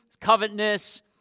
covetousness